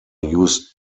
used